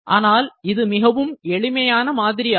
ஆனால் இது மிகவும் எளிமையான மாதிரி ஆகும்